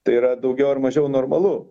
tai yra daugiau ar mažiau normalu